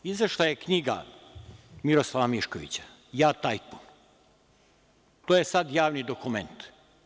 Izašla je knjiga Miroslava Miškovića „Ja tajkun“, to je sad javni dokument.